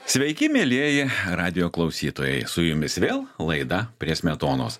sveiki mielieji radijo klausytojai su jumis vėl laida prie smetonos